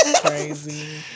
Crazy